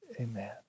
amen